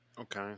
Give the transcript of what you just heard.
Okay